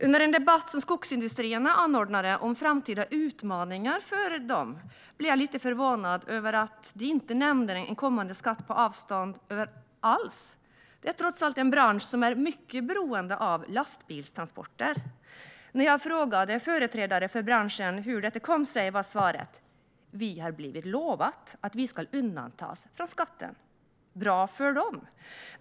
Under en debatt som Skogsindustrierna anordnade om framtida utmaningar för dem blev jag lite förvånad över att de inte alls nämnde en kommande skatt på avstånd. Det är trots allt en bransch som är mycket beroende av lastbilstransporter. När jag frågade företrädare för branschen hur detta kom sig blev svaret att de har blivit lovade att de ska undantas från skatten. Det är ju bra för dem!